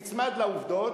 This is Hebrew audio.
אני נצמד לעובדות,